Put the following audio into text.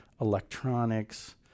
electronics